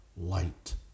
light